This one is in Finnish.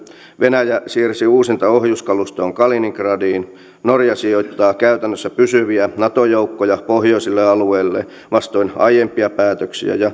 venäjä siirsi uusinta ohjuskalustoaan kaliningradiin norja sijoittaa käytännössä pysyviä nato joukkoja pohjoisille alueille vastoin aiempia päätöksiä